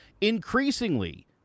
Increasingly